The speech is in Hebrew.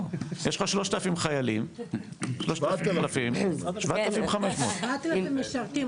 למה יש לך חובות ובאיזה סכום ואיך את מתנהלת מול הבנקים?